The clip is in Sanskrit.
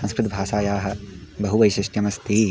संस्कृत भाषायाः बहु वैशिष्ट्यमस्ति